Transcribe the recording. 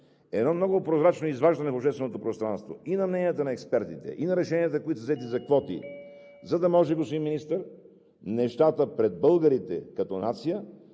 едно много прозрачно изваждане в общественото пространство и на мненията на експертите, и на решенията, които са взети за квоти, за да може нещата, господин Министър, пред българите като нация